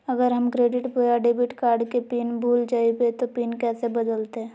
अगर हम क्रेडिट बोया डेबिट कॉर्ड के पिन भूल जइबे तो पिन कैसे बदलते?